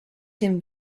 him